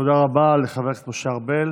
תודה רבה לחבר הכנסת משה ארבל.